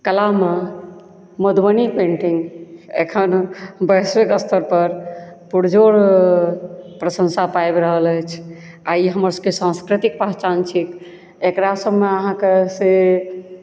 कला मे मधुबनी पेंटिंग एखन वैश्विक स्तर पर पुरजोर प्रशंसा पाबि रहल अछि आ ई हमर सबके सांस्कृतिक पहचान थिक एकरा सबमे आहाँके से